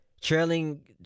trailing